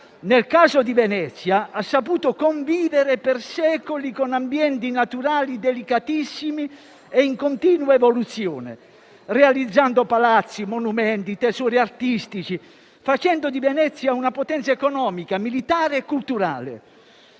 Nel caso di Venezia, ha saputo convivere per secoli con ambienti naturali delicatissimi e in continua evoluzione, realizzando palazzi, monumenti e tesori artistici, facendone una potenza economica, militare e culturale.